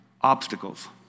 obstacles